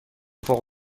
فوق